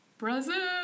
Brazil